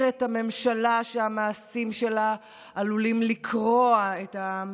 את הממשלה שהמעשים שלה עלולים לקרוע את העם